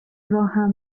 راهم